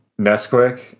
Nesquik